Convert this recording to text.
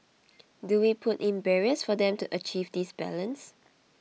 do we put in barriers for them to achieve this balance